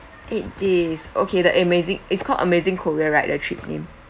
eight days okay that amazing it's called amazing korea right the trip name